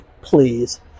please